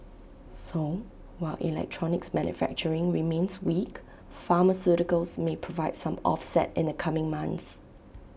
so while electronics manufacturing remains weak pharmaceuticals may provide some offset in the coming months